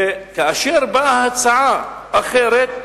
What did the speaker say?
וכאשר באה הצעה אחרת,